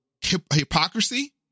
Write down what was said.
hypocrisy